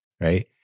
right